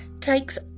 takes